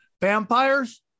vampires